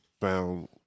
found